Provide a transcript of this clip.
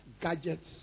gadgets